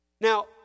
Now